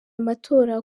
amatora